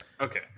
Okay